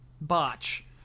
Botch